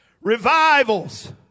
Revivals